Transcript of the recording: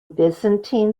byzantine